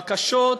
בקשות